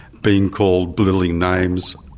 being called belittling names,